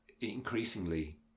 increasingly